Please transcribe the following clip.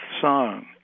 song